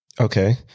Okay